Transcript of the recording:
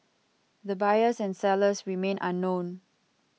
the buyers and sellers remain unknown